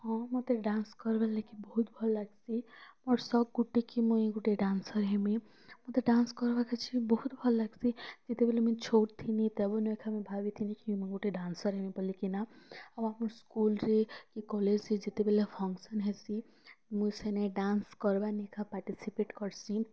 ହଁ ମୋତେ ଡ୍ୟାନ୍ସ୍ କର୍ବାର୍ଲାଗି ବହୁତ୍ ଭଲ୍ ଲାଗ୍ସି ମୋର୍ ସଉକ୍ ଗୁଟେ କି ମୁଇଁ ଗୁଟେ ଡ୍ୟାନ୍ସର୍ ହେମି ମୋତେ ଡ୍ୟାନ୍ସ୍ କର୍ବାର୍କାଜି ବହୁତ୍ ଭଲ୍ ଲାଗ୍ସି ଯେତେବେଲେ ମୁଇଁ ଛୋଟ୍ ଥିନି ତେବେନୁ ଏକା ମୁଇଁ ଭାବିଥିନି କି ମୁଁ ଗୁଟେ ଡ୍ୟାନ୍ସର୍ ହେମି ବଲିକିନା ଆଉ ଆମର୍ ସ୍କୁଲ୍ରେ କି କଲେଜ୍ରେ ଯେତେବେଲେ ଫଙ୍କ୍ସନ୍ ହେସି ମୁଇଁ ସେନେ ଡ୍ୟାନ୍ସ୍ କର୍ବାନେ ଏଖା ପାର୍ଟୀସିପେଟ୍ କର୍ସି